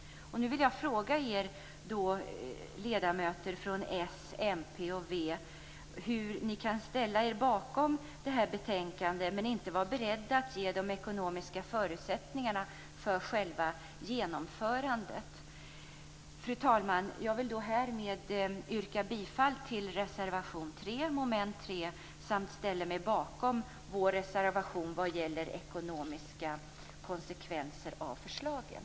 Nu vill jag fråga er ledamöter från Socialdemokraterna, Miljöpartiet och Vänsterpartiet hur ni kan ställa er bakom det här betänkandet men inte vara beredda att ge de ekonomiska förutsättningarna för själva genomförandet. Fru talman! Härmed vill jag yrka bifall till reservation 3 under mom. 3. Dessutom ställer jag mig bakom vår reservation som gäller ekonomiska konsekvenser av förslagen.